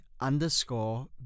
underscore